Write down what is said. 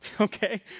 okay